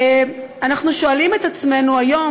אנחנו שואלים את עצמנו היום,